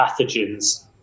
pathogens